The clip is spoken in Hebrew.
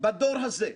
בדור הזה,